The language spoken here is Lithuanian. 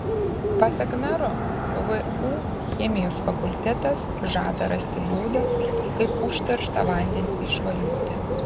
pasak mero vu chemijos fakultetas žada rasti būdą kaip užterštą vandenį išvalyti